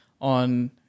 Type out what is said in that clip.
on